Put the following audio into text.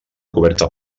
coberta